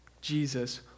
Jesus